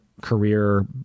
career